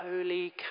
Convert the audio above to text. Holy